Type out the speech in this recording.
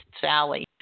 Sally